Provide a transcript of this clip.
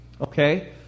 okay